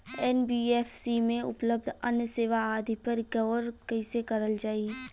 NBFC में उपलब्ध अन्य सेवा आदि पर गौर कइसे करल जाइ?